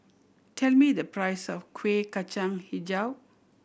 tell me the price of Kueh Kacang Hijau